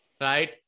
right